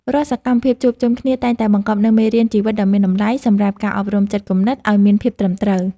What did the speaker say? រាល់សកម្មភាពជួបជុំគ្នាតែងតែបង្កប់នូវមេរៀនជីវិតដ៏មានតម្លៃសម្រាប់ការអប់រំចិត្តគំនិតឱ្យមានភាពត្រឹមត្រូវ។